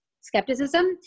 skepticism